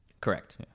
Correct